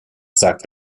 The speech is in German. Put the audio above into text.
sagt